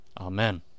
Amen